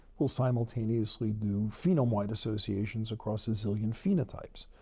we'll simultaneously do phenome-wide associations across a zillion phenotypes.